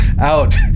out